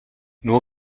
nur